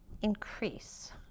increase